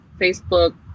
Facebook